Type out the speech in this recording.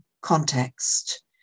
context